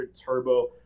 Turbo